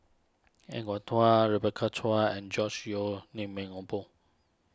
Er Kwong Rebecca Chua and George Yeo Ming O Boon